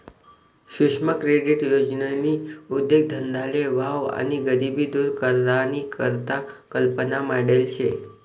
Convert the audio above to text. सुक्ष्म क्रेडीट योजननी उद्देगधंदाले वाव आणि गरिबी दूर करानी करता कल्पना मांडेल शे